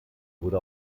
wurde